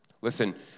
Listen